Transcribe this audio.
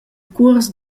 cuors